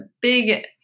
big